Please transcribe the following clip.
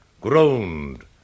groaned